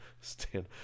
stand